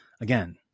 again